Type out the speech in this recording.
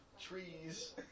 Trees